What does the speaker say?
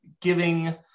giving